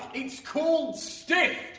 it's called stiff'd.